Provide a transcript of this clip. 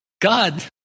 God